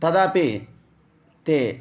तदापि ते